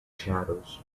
shadows